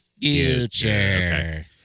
future